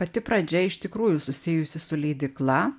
pati pradžia iš tikrųjų susijusi su leidykla